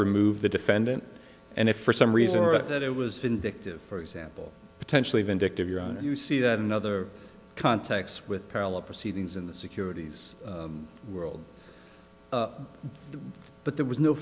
remove the defendant and if for some reason that it was vindictive for example potentially vindictive your honor you see that in other contexts with parallel proceedings in the securities world but there was no